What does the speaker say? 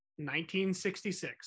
1966